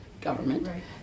government